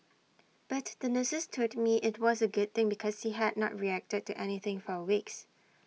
but the nurses told me IT was A good thing because he had not reacted to anything for weeks